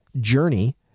journey